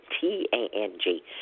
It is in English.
T-A-N-G